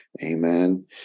amen